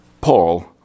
paul